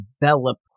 develop